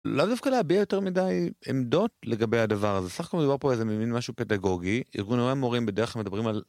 לאו דווקא להביע יותר מדי עמדות לגבי הדבר הזה, סך הכל מדובר פה באיזה מין משהו פדגוגי, ארגוני המורים בדרך כלל מדברים על.